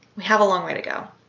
have a long way to go.